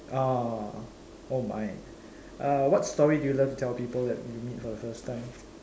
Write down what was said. ah oh my uh what story do you love to tell people that you meet for the first time